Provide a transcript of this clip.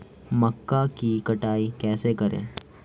मक्का की कटाई कैसे करें?